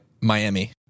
Miami